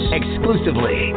exclusively